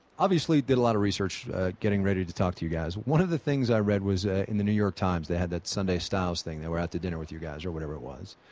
obviously did a lot of research getting ready to talk to you guys. one of the things i read was ah in the new york times they had that sunday styles thing, they were out to dinner with you guys or whatever it was.